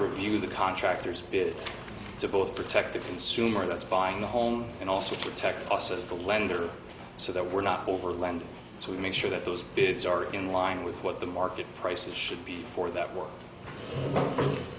review the contractors bid to both protect the consumer that's buying the home and also to protect us as the lender so that we're not over land so we make sure that those kids are in line with what the market prices should be for that w